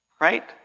Right